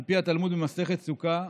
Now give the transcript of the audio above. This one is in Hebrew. על פי התלמוד במסכת סוכה,